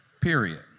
period